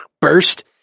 burst